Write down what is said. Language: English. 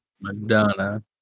Madonna